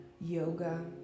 yoga